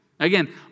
Again